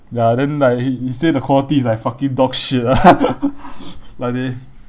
ya then like he he say the quality is like fucking dog shit ah like they